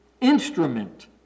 instrument